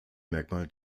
merkmal